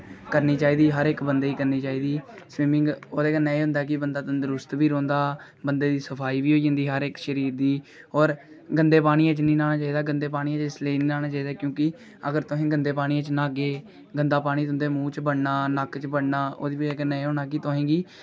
करनी चाहिदी हर इक बंदे गी करनी चाहिदी स्बिमिंग ओहदे कन्ने एह् होंदा कि बंदा तंदरुस्त बी रौंहदा बंदे दी सफाई बी होई जंदी हर इक शरीर दी और गंदे पानी च नेईं न्हाना चाहिदा गंदे पानी च इस लेई नेई न्हाना चाहिदा क्योंकि अगर तुस गंदे पानी च न्हागे गंदा पानी तुंदे मूंह् च बड़ना नक्क च पानी बड़ना ओहदे कन्नै केह् होना कि तुसें गी